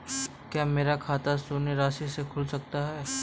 क्या मेरा खाता शून्य राशि से खुल सकता है?